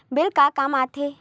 Bill का काम आ थे?